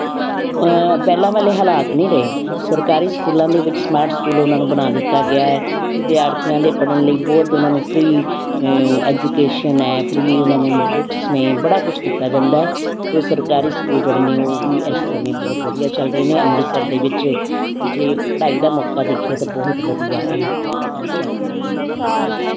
ਪਹਿਲਾਂ ਵਾਲੇ ਹਾਲਾਤ ਨਹੀਂ ਰਹੇ ਸਰਕਾਰੀ ਸਕੂਲਾਂ ਦੇ ਵਿੱਚ ਸਮਾਰਟ ਸਕੂਲ ਉਹਨਾਂ ਨੂੰ ਬਣਾ ਦਿੱਤਾ ਗਿਆ ਹੈ ਵਿਦਿਆਰਥੀਆਂ ਦੇ ਪੜ੍ਹਨ ਲਈ ਬਹੁਤ ਉਹਨਾਂ ਨੂੰ ਫਰੀ ਐਜੂਕੇਸ਼ਨ ਹੈ ਫਰੀ ਉਹਨਾਂ ਨੂੰ ਬੁਕਸ ਨੇ ਬੜਾ ਕੁਝ ਦਿੱਤਾ ਜਾਂਦਾ ਤਾਂ ਸਰਕਾਰੀ ਸਕੂਲ ਜਿਹੜੇ ਨੇ ਉਹ ਵੀ ਇਸ ਸਮੇਂ ਬਹੁਤ ਵਧੀਆ ਚੱਲ ਰਹੇ ਨੇ ਅੰਮ੍ਰਿਤਸਰ ਦੇ ਵਿੱਚ ਜੇ ਪੜ੍ਹਾਈ ਦਾ ਮੌਕਾ ਦੇਖੀਏ ਤਾਂ ਬਹੁਤ ਵਧੀਆ ਇਹ ਚੀਜ਼ਾਂ ਚੱਲ ਰਹੀਆਂ ਨੇ